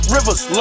Rivers